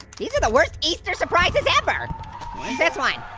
these are the worst easter surprises ever. what's this one?